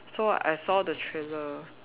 so I saw the trailer